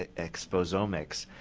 ah expose omics.